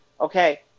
okay